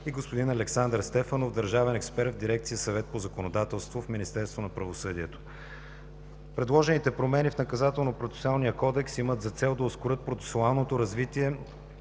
и господин Александър Стефанов – държавен експерт в дирекция „Съвет по законодателство“ в Министерството на правосъдието. Предложените промени в Наказателно-процесуалния кодекс имат за цел да ускорят процесуалното развитие